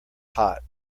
hot